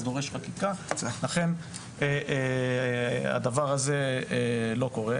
זה דורש חקיקה ולכן הדבר הזה לא קורה.